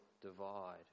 divide